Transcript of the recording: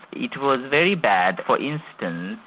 it was very bad for instance,